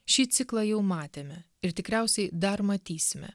šį ciklą jau matėme ir tikriausiai dar matysime